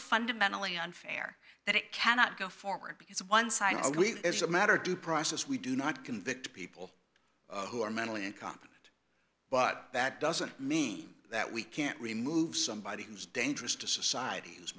fundamentally unfair that it cannot go forward because of one side are we as a matter of due process we do not convict people who are mentally incompetent but that doesn't mean that we can't remove somebody who's dangerous to society